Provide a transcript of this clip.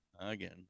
again